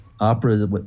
opera